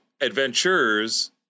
adventures